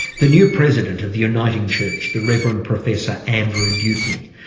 the new president of the uniting church, the reverend professor andrew dutney.